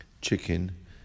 chicken